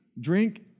drink